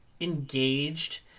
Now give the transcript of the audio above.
engaged